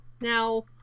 now